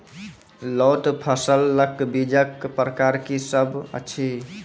लोत फसलक बीजक प्रकार की सब अछि?